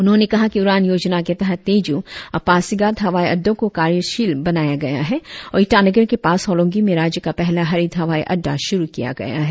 उन्होंने कहा कि उड़ान योजना के तहत तेजू और पासीघाट हवाई अड़डो को कार्यशील बनाया गया है और ईटानगर के पास होलोंगी में राज्य का पहला हरित हवाई अड़डा शुरु किया गया है